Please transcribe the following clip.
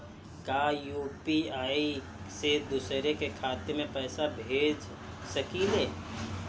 का यू.पी.आई से दूसरे के खाते में पैसा भेज सकी ले?